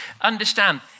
Understand